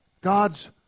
God's